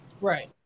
Right